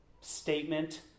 statement